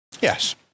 Yes